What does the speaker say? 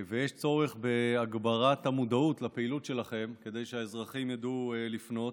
ויש צורך בהגברת המודעות לפעילות שלכם כדי שהאזרחים ידעו לפנות.